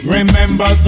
Remember